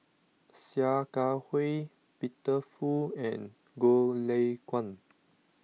Sia Kah Hui Peter Fu and Goh Lay Kuan